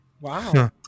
Wow